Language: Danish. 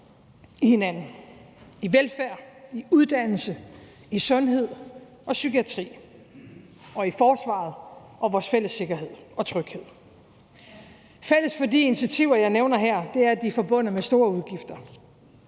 i hinanden, i velfærd, i uddannelse, i sundhed og psykiatri, i forsvaret og vores fælles sikkerhed og tryghed. Fælles for de initiativer, jeg nævner her, er, at de er forbundet med store udgifter.